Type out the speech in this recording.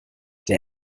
der